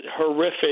horrific